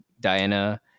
diana